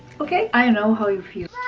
okay? i know how you feel.